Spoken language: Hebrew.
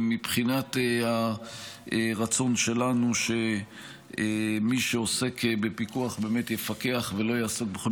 מבחינת הרצון שלנו שמי שעוסק בפיקוח באמת יפקח ולא יעסוק בכל